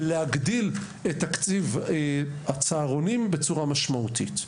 על מנת להגדיל את תקציב הצהרונים בצורה משמעותית.